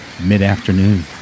mid-afternoon